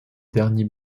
dernier